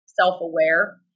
self-aware